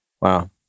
Wow